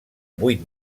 vuit